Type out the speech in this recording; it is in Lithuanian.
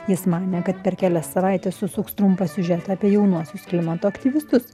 jis manė kad per kelias savaites susuks trumpą siužetą apie jaunuosius klimato aktyvistus